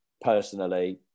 personally